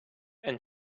and